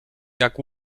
jak